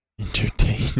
Entertain